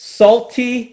salty